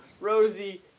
Rosie